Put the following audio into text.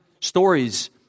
stories